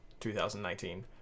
2019